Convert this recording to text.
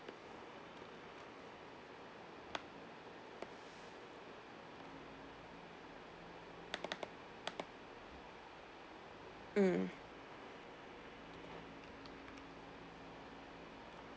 mm